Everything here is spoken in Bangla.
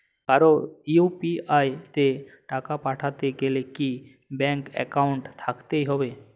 কারো ইউ.পি.আই তে টাকা পাঠাতে গেলে কি ব্যাংক একাউন্ট থাকতেই হবে?